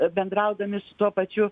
bendraudami su tuo pačiu